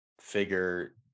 figure